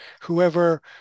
whoever